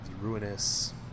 Ruinous